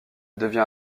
devient